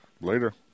Later